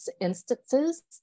instances